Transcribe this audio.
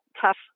tough